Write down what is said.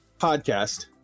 podcast